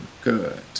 Good